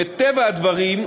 מטבע הדברים,